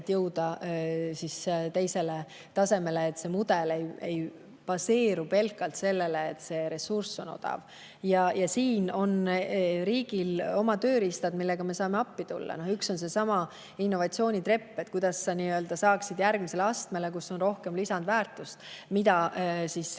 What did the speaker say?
jõuda teisele tasemele, et see mudel ei baseeruks pelgalt sellel, et see ressurss on odav. Ja siin on riigil oma tööriistad, millega me saame appi tulla. Üks on seesama innovatsioonitrepp, kuidas saada nii-öelda järgmisele astmele, kus on rohkem lisandväärtust, mida riik sellele